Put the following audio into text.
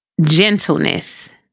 gentleness